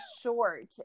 short